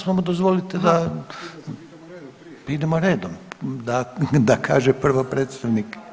Samo dozvolite da idemo redom, da, da kaže prvo predstavnik.